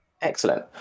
Excellent